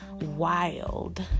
wild